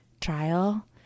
trial